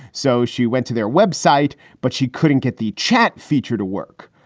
so she went to their web site, but she couldn't get the chat feature to work.